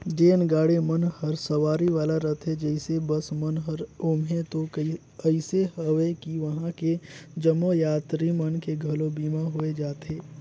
जेन गाड़ी मन हर सवारी वाला रथे जइसे बस मन हर ओम्हें तो अइसे अवे कि वंहा के जम्मो यातरी मन के घलो बीमा होय जाथे